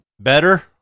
Better